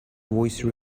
voice